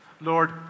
Lord